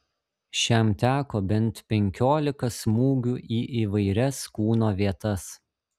šiam teko bent penkiolika smūgių į įvairias kūno vietas